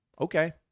Okay